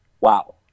Wow